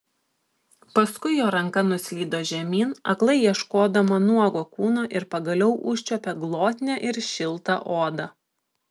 paskui jo ranka nuslydo žemyn aklai ieškodama nuogo kūno ir pagaliau užčiuopė glotnią ir šiltą odą